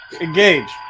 Engage